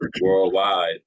worldwide